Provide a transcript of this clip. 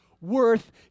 worth